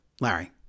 Larry